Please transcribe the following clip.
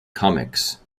comics